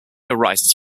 arises